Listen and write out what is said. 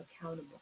accountable